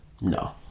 no